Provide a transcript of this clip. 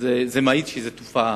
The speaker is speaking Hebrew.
זה מעיד שזאת תופעה.